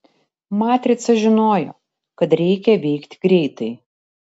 matrica žinojo kad reikia veikti greitai